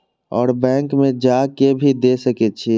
और बैंक में जा के भी दे सके छी?